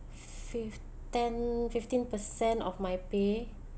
fif~ ten fifteen percent of my pay